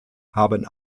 haben